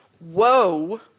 Whoa